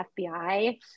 FBI